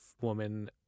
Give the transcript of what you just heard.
woman